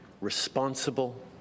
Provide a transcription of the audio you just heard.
responsible